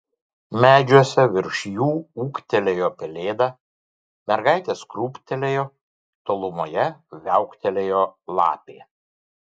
medžiuose virš jų ūktelėjo pelėda mergaitės krūptelėjo tolumoje viauktelėjo lapė